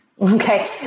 Okay